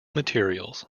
materials